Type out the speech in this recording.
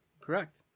Correct